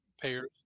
payers